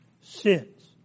sins